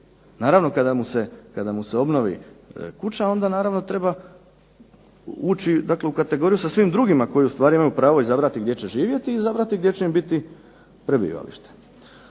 Naravno kada mu se obnovi kuća onda naravno treba ući dakle u kategoriju sa svim drugima koji ustvari imamo pravo izabrati gdje će živjeti i izabrati gdje će im biti prebivalište.